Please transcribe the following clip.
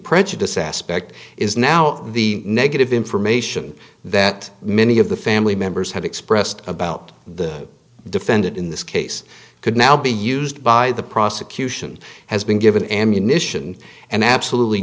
prejudice aspect is now the negative information that many of the family members have expressed about the defendant in this case could now be used by the prosecution has been given ammunition and absolutely